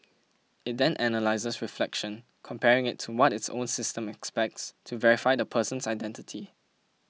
it then analyses reflection comparing it to what its own system expects to verify the person's identity